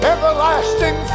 Everlasting